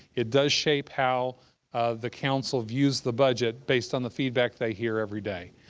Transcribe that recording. it does shape how um the council views the budget, based on the feedback they hear every day.